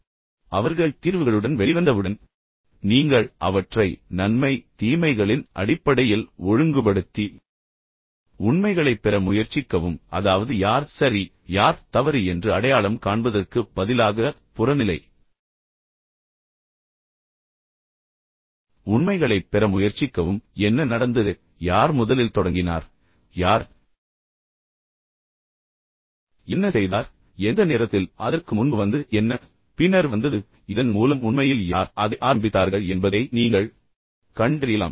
இப்போது அவர்கள் தீர்வுகளுடன் வெளிவந்தவுடன் நீங்கள் அவற்றை நன்மை தீமைகளின் அடிப்படையில் ஒழுங்குபடுத்தி உண்மைகளை பெற முயற்சிக்கவும் அதாவது யார் சரி யார் தவறு என்று அடையாளம் காண்பதற்கு பதிலாக புறநிலை உண்மைகளைப் பெற முயற்சிக்கவும் என்ன நடந்தது யார் முதலில் தொடங்கினார் யார் என்ன செய்தார் எந்த நேரத்தில் அதற்கு முன்பு வந்தது என்ன பின்னர் வந்தது இதன் மூலம் உண்மையில் யார் அதை ஆரம்பித்தார்கள் என்பதை நீங்கள் கண்டறியலாம்